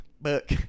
Book